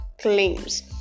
claims